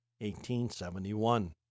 1871